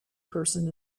person